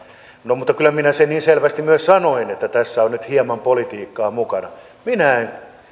mutta kyllä minä sen niin selvästi myös sanoin että tässä on nyt hieman politiikkaa mukana minä en